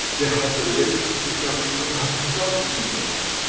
they have the latest thing that we even haven't got in europe.